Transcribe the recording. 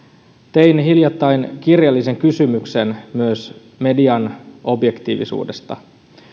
tein myös hiljattain kirjallisen kysymyksen median objektiivisuudesta ja